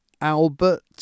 Albert